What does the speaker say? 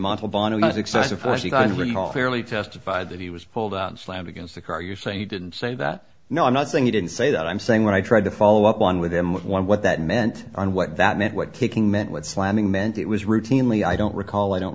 all fairly testified that he was pulled out and slammed against the car you're saying you didn't say that no i'm not saying you didn't say that i'm saying when i tried to follow up on with him what that meant and what that meant what taking meant what slamming meant it was routinely i don't recall i don't